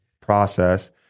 process